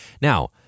Now